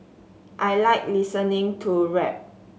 I like listening to rap